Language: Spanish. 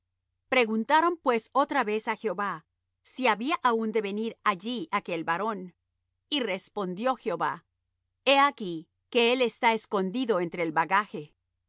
preguntaron pues otra vez á jehová si había aún de venir allí aquel varón y respondió jehová he aquí que él está escondido entre el bagaje